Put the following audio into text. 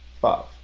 Five